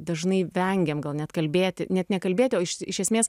dažnai vengiam gal net kalbėti net nekalbėti o iš esmės